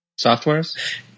softwares